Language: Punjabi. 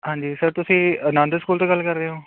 ਹਾਂਜੀ ਸਰ ਤੁਸੀਂ ਆਨੰਦ ਸਕੂਲ ਤੋਂ ਗੱਲ ਕਰ ਰਹੇ ਹੋ